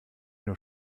nur